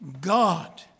God